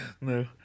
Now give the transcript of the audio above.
No